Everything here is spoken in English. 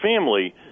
family